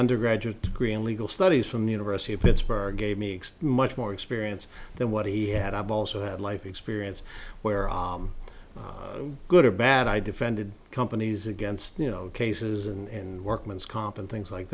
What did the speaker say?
undergraduate degree in legal studies from the university of pittsburgh gave me much more experience than what he had i've also had life experience where good or bad i defended companies against you know cases and workman's comp and things like